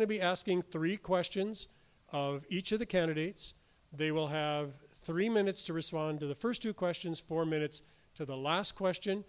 to be asking three questions of each of the candidates they will have three minutes to respond to the first two questions four minutes to the last question